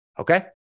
Okay